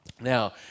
Now